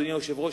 אדוני היושב-ראש,